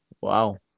Wow